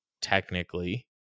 Technically